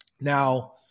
Now